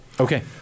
Okay